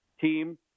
team